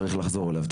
צריך לחזור אליו.